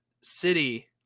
City